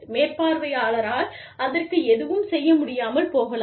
மேற்பார்வையாளரால் அதற்கு எதுவும் செய்ய முடியாமல் போகலாம்